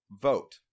vote